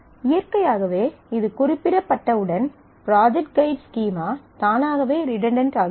இயற்கையாகவே இது குறிப்பிடப்பட்டவுடன் ப்ராஜெக்ட் ஃகைட் ஸ்கீமா தானாகவே ரிடன்டன்ட் ஆகிவிடும்